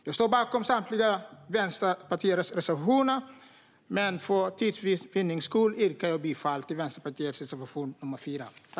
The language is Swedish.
Jag står bakom samtliga Vänsterpartiets reservationer, men för tids vinnande yrkar jag bifall endast till Vänsterpartiets reservation nr 4.